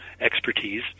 expertise